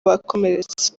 bakomeretse